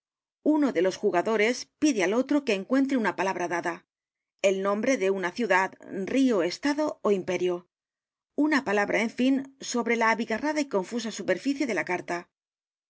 o r e s pide al otro que encuentre una palabra dada el nombre de una ciudad rio estado ó imperio una palabra en fin sobre la abigarrada y confusa superficie de la carta